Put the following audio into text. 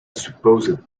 supposed